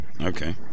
okay